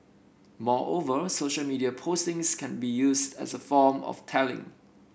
moreover social media postings can be used as a form of tallying